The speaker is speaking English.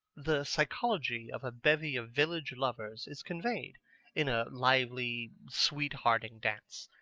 the psychology of a bevy of village lovers is conveyed in a lively sweet-hearting dance.